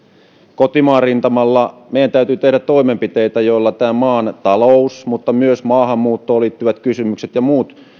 kotimaan rintamalla meidän täytyy tehdä toimenpiteitä joilla tämän maan talous mutta myös maahanmuuttoon liittyvät kysymykset ja muut